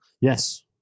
Yes